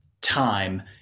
time